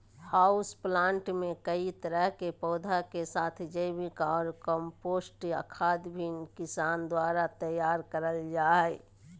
house plant मे कई तरह के पौधा के साथ जैविक ऑर कम्पोस्ट खाद भी किसान द्वारा तैयार करल जा हई